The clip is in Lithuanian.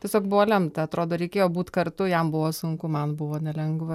tiesiog buvo lemta atrodo reikėjo būt kartu jam buvo sunku man buvo nelengva